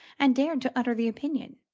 and dared to utter the opinion.